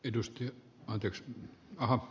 edustaja kirsti aho